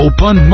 Open